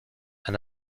and